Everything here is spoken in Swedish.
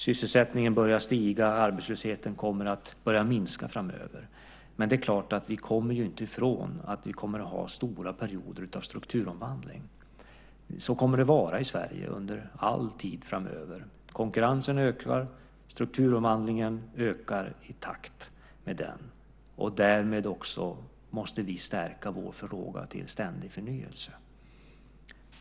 Sysselsättningen börjar stiga, och arbetslösheten kommer att börja minska framöver. Men vi kommer inte ifrån att vi kommer att ha långa perioder av strukturomvandling. Så kommer det att vara i Sverige under all tid framöver. Konkurrensen ökar, och strukturomvandlingen ökar i takt med den. Därmed måste vi också stärka vår förmåga till ständig förnyelse.